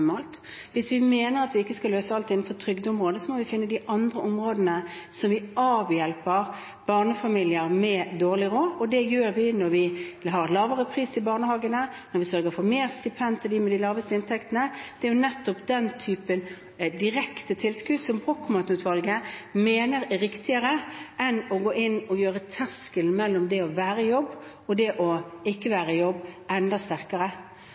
Hvis vi mener at vi ikke skal løse alt innen trygdeområdet, må vi finne de andre områdene, sånn at vi avhjelper barnefamilier med dårlig råd. Det gjør vi når vi har lavere priser i barnehagene, når vi sørger for mer stipend til dem med de laveste inntektene. Det er nettopp den typen direkte tilskudd som Brochmann-utvalget mener er mer riktig enn å gjøre terskelen mellom det å være i jobb og ikke å være i jobb enda